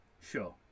Sure